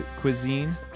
cuisine